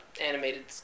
animated